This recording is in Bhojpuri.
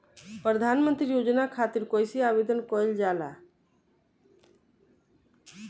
प्रधानमंत्री योजना खातिर कइसे आवेदन कइल जाला?